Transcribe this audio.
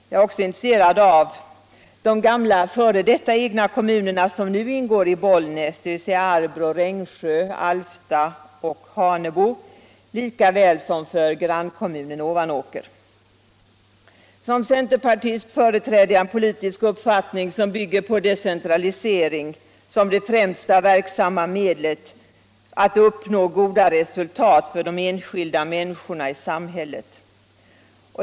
Jag är också intresserad av de gamla, f. d. egna kommuner, som nu ingår i Bollnäs, dvs. Arbrå, Rengsjö, Alfta och Hanebo, lika väl som av grannkommunen Ovanåker. Som centerpartist företräder jag en politisk uppfattning, som bygger på decentralisering som det främsta verksamma medlet att uppnå goda resultat för de enskilda människorna i samhället.